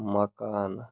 مکانہٕ